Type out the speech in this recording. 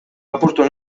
apurtu